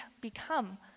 become